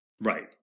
Right